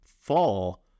fall